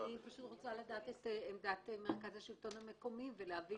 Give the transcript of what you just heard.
רוצה לדעת את עמדת מרכז השלטון המקומי ולהבין